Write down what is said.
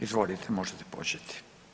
Izvolite, možete početi.